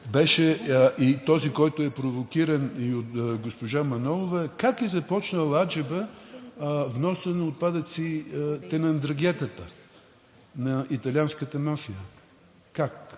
беше – този, който е провокиран и от госпожа Манолова: как е започнал аджеба вносът на отпадъците на Ндрангетата – на италианската мафия? Как?